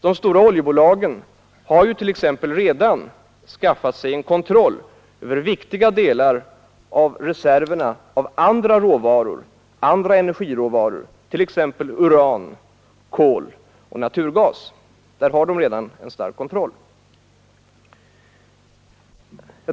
De stora oljebolagen har t.ex. redan skaffat sig kontroll över viktiga delar av reserverna av andra energiråvaror t.ex. uran, kol och naturgas. Där har de redan en stark kontroll.